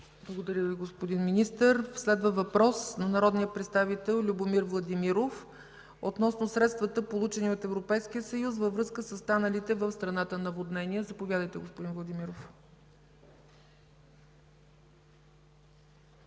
Благодаря Ви, господин Министър. Следва въпрос на народния представител Любомир Владимиров относно средствата, получени от Европейския съюз във връзка със станалите в страната наводнения. Заповядайте, господин Владимиров.